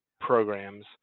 programs